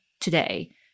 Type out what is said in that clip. today